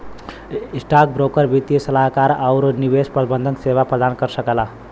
stockbroker वित्तीय सलाहकार आउर निवेश प्रबंधन सेवा प्रदान कर सकला